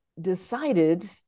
decided